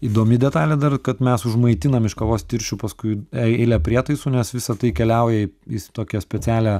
įdomi detalė dar kad mes užmaitinam iš kavos tirščių paskui eilę prietaisų nes visa tai keliauja į tokią specialią